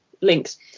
links